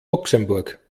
luxemburg